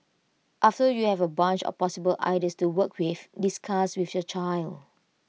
after you have A bunch of possible ideas to work with discuss with your child